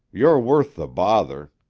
you're worth the bother.